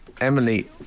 Emily